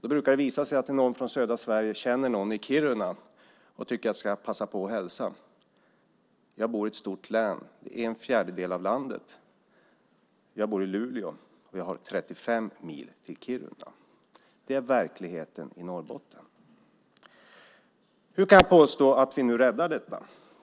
Då brukar det visa sig att någon från södra Sverige känner någon i Kiruna och tycker att jag ska passa på att hälsa. Jag bor i ett stort län. Det utgör en fjärdedel av landet. Jag bor i Luleå, och jag har 35 mil till Kiruna. Det är verkligheten i Norrbotten. Hur kan jag påstå att vi nu räddar allt detta?